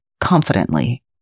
confidently